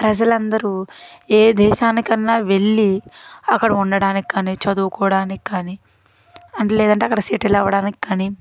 ప్రజలందరూ ఏ దేశానికన్నా వెళ్ళి అక్కడ ఉండడానికి కానీ చదువుకోవడానికి కానీ అంటే లేదంటే అక్కడ సెటిల్ అవ్వడానికి కానీ